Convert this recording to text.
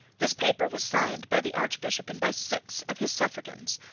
this paper was signed by the archbishop and by six of his suffragans,